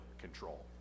control